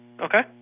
Okay